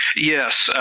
yes,